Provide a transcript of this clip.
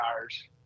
tires